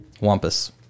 Wampus